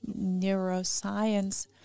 neuroscience